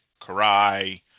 Karai